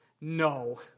No